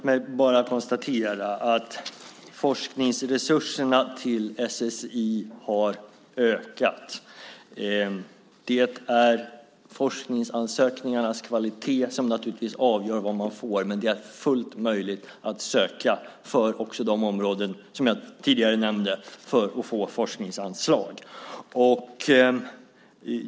Herr talman! Forskningsresurserna till SSI har ökat. Det är forskningsansökningarnas kvalitet som naturligtvis avgör vad man får, men det är fullt möjligt att söka forskningsanslag också för de områden som jag tidigare nämnde.